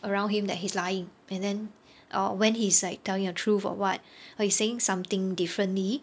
around him that he's lying and then or when he's telling the truth or [what] or you saying something differently